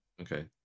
Okay